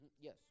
Yes